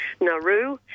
Nauru